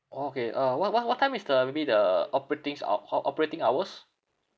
okay uh what what what time is the maybe the operatings uh ho~ operating hours